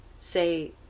say